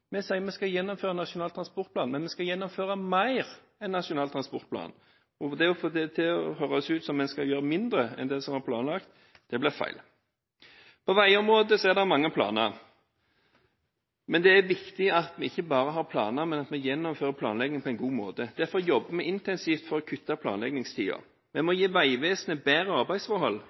Vi sier at vi skal gjennomføre Nasjonal transportplan – men vi skal gjennomføre mer enn Nasjonal transportplan. Å få det til å høres ut som om vi skal gjøre mindre enn det som var planlagt, blir feil. På veiområdet er det mange planer. Det er viktig at vi ikke bare har planer, men at vi gjennomfører planlegging på en god måte. Derfor jobber vi intensivt for å kutte i planleggingstiden. Vi må gi Vegvesenet bedre arbeidsforhold